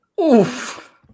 Oof